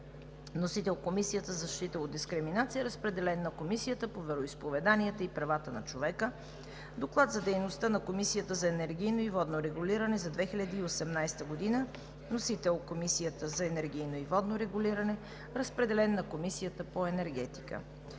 Вносител е Комисията за защита от дискриминация. Разпределен е на Комисията по вероизповеданията и правата на човека. Доклад за дейността на Комисията за енергийно и водно регулиране за 2018 г. Вносител е Комисията за енергийно и водно регулиране. Разпределен е на Комисията по енергетика.